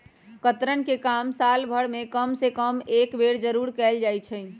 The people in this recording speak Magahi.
कतरन के काम साल भर में कम से कम एक बेर जरूर कयल जाई छै